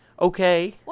okay